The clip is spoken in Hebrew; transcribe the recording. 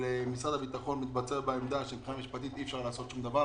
משרד הביטחון מתבצר בעמדה שמבחינה משפטית אי אפשר לעשות שום דבר,